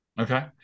Okay